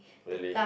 really